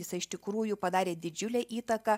jisai iš tikrųjų padarė didžiulę įtaką